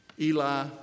Eli